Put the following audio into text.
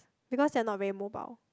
because they're not very mobile